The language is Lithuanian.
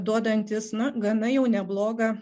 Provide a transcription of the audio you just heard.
duodantis na gana jau neblogą